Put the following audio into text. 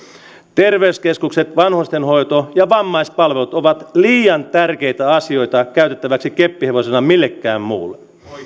terveyskeskukset vanhustenhoito ja vammaispalvelut ovat liian tärkeitä asioita käytettäväksi keppihevosena millekään muulle